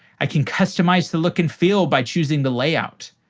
i can customize the look and feel by choosing the layout.